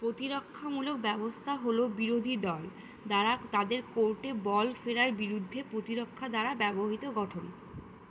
প্রতিরক্ষামূলক ব্যবস্থা হলো বিরোধী দল দ্বারা তাদের কোর্টে বল ফেরার বিরুদ্ধে পোতিরক্ষা দ্বারা ব্যবহিত গঠন